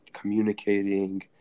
Communicating